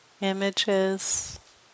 images